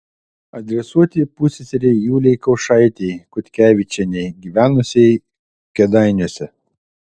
adresuoti pusseserei julei kaušaitei kutkevičienei gyvenusiai kėdainiuose